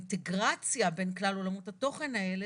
שהאינטגרציה בין כלל עולמות התוכן האלה